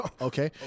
Okay